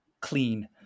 clean